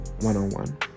one-on-one